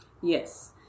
Yes